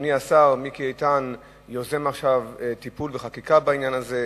אדוני השר מיקי איתן יוזם עכשיו טיפול וחקיקה בעניין הזה,